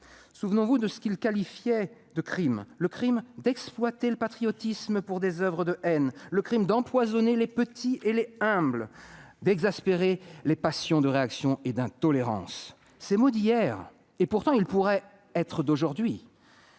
Souvenons-nous de ce qu'il qualifiait de crime : le crime « d'exploiter le patriotisme pour des oeuvres de haine »,« d'empoisonner les petits et les humbles, d'exaspérer les passions de réaction et d'intolérance ». Ces mots sont d'hier, et pourtant ils pourraient être d'aujourd'hui.